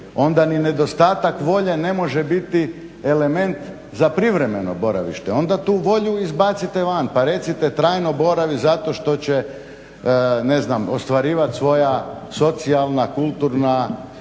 onda ni nedostatak volje ne može biti element za privremeno boravište, onda tu volju izbacite van pa recite trajno boravi zato što će ne znam ostvarivati svoja socijalna, kulturna,